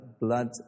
blood